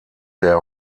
der